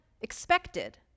expected